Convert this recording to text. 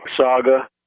saga